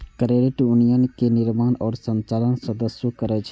credit union के निर्माण आ संचालन सदस्ये करै छै